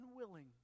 unwilling